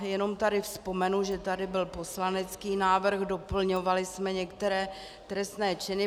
Jenom tady vzpomenu, že tady byl poslanecký návrh, doplňovali jsme některé trestné činy.